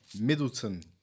Middleton